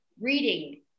reading